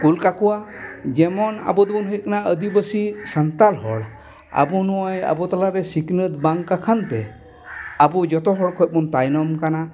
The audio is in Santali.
ᱠᱳᱞ ᱠᱟᱠᱚᱣᱟ ᱡᱮᱢᱚᱱ ᱟᱵᱚ ᱫᱚᱵᱚᱱ ᱦᱩᱭᱩᱜ ᱠᱟᱱᱟ ᱟᱫᱤᱵᱟᱥᱤ ᱥᱟᱱᱛᱟᱲ ᱦᱚᱲ ᱟᱵᱚ ᱱᱚᱜᱼᱚᱭ ᱟᱵᱚ ᱛᱟᱞᱟᱨᱮ ᱥᱤᱠᱷᱱᱟᱹᱛ ᱵᱟᱝ ᱠᱟᱠᱷᱟᱱ ᱛᱮ ᱟᱵᱚ ᱡᱚᱛᱚ ᱦᱚᱲ ᱠᱷᱚᱡ ᱵᱚᱱ ᱛᱟᱭᱱᱚᱢ ᱟᱠᱟᱱᱟ